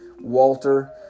Walter